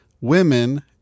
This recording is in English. women